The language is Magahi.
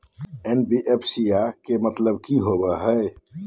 एन.बी.एफ.सी बोया के मतलब कि होवे हय?